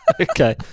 Okay